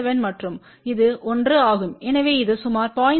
7 மற்றும் இது 1 ஆகும் எனவே இது சுமார் 0